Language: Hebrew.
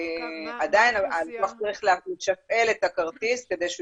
עדיין החלטנו לתפעל את הכרטיס כדי שהוא